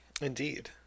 Indeed